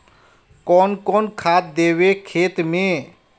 कौन कौन खाद देवे खेत में?